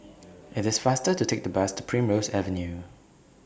IT IS faster to Take The Bus to Primrose Avenue